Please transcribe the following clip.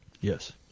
Yes